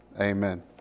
Amen